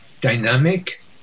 dynamic